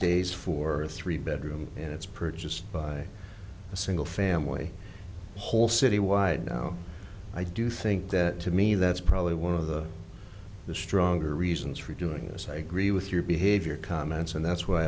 days for a three bedroom and it's purchased by a single family whole city wide now i do think that to me that's probably one of the stronger reasons for doing this i agree with your behavior comments and that's why